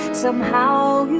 somehow